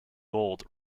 gold